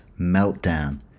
meltdown